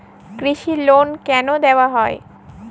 কৃষি লোন কেন দেওয়া হয়?